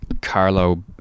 Carlo